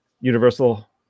universal